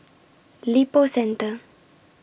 Lippo Centre